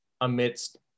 amidst